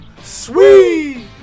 sweet